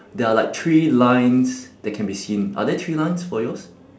there are like three lines that can be seen are there three lines for yours